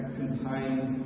contained